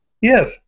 Yes